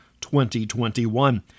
2021